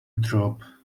drop